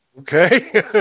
Okay